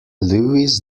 lewis